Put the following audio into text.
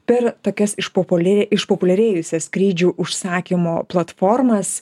per tokias išpopulia išpopuliarėjusias skrydžių užsakymo platformas